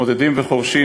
מתמודדים וחורשים,